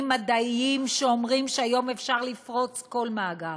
מדעיים שאומרים שכיום אפשר לפרוץ כל מאגר,